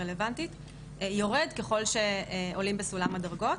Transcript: הרלוונטיות, יורד ככל שעולים בסולם הדרגות.